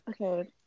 Okay